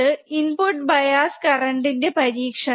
ഇതാണ് input bias കറന്റ്ന്റെ പരീക്ഷണം